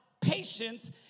patience